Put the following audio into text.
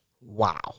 Wow